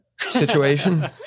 situation